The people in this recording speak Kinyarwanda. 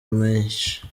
menshi